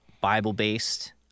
Bible-based